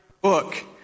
book